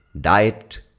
diet